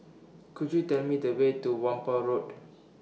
Could YOU Tell Me The Way to Whampoa Road